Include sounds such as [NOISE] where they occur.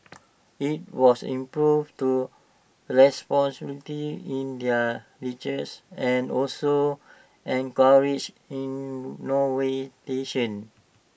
IT was improve to [UNINTELLIGIBLE] in their research and also encourage [UNINTELLIGIBLE]